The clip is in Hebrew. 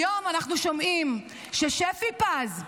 היום אנחנו שומעים ששפי פז,